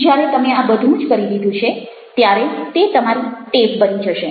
જ્યારે તમે આ બધું જ કરી લીધું છે ત્યારે તે તમારી ટેવ બની જશે